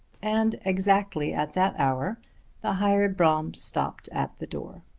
and exactly at that hour the hired brougham stopped at the door.